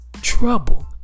Trouble